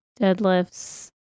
deadlifts